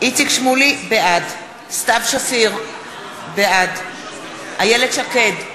בעד סתיו שפיר, בעד איילת שקד,